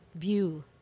view